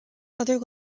other